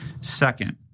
Second